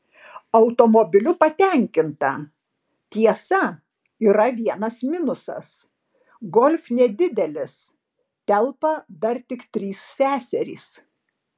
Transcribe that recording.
automobiliu patenkinta tiesa yra vienas minusas golf nedidelis telpa dar tik trys seserys